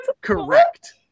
correct